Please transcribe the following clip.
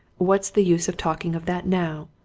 what's the use of talking of that now?